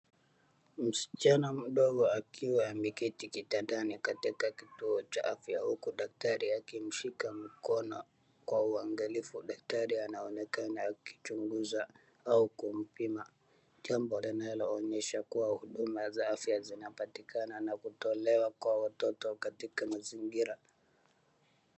Msichana mdogo akiwa ameketi kitandani katika kituo cha afya huku daktari akimshika mkono kwa uangalifu. Daktari anaonekana akichunguza au kumpima jambo linalooonyesha kuwa huduma za afya zinapatikana na kutolewa kwa watoto katika mazingira.